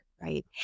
right